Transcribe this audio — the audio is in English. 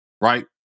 Right